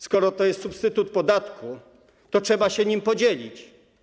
Skoro to jest substytut podatku, to trzeba się nim podzielić.